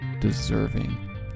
deserving